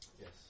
Yes